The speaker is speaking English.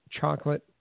Chocolate